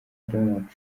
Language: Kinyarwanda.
donald